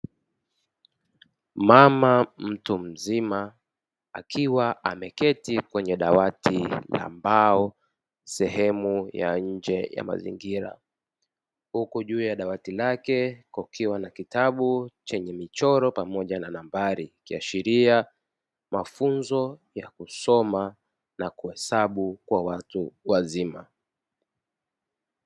Mama mtu mzima akiwa ameketi kwenye dawati la mbao; sehemu ya nje ya mazingira, huku juu ya dawati lake kukiwa na kitabu chenye michoro pamoja na nambari ikiashiria mafunzo ya kusoma na kuhesabu kwa watu wazima.